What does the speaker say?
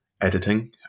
editing